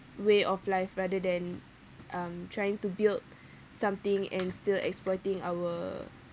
way of life rather than um trying to build something and still exploiting our